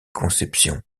conception